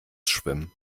schwimmen